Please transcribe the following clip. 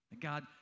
God